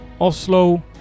Oslo